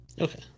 Okay